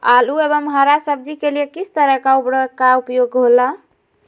आलू एवं हरा सब्जी के लिए किस तरह का उर्वरक का उपयोग होला?